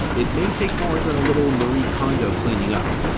it may take more than a little marie kondo cleaning up,